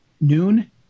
noon